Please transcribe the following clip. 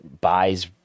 buys